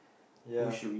ya